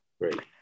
Great